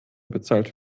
bezahlt